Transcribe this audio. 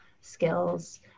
skills